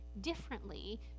differently